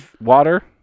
water